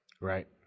Right